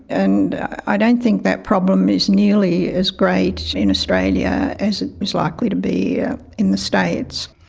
and i don't think that problem is nearly as great in australia as it was likely to be in the states.